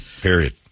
Period